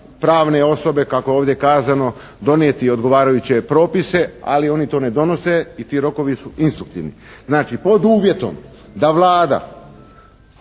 pravne osobe kako je ovdje kazano donijeti odgovarajuće propise, ali oni to ne donose i ti rokovi su instruktivni. Znači, pod uvjetom da Vlada,